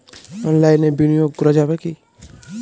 অনলাইনে বিনিয়োগ করা যাবে কি?